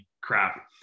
crap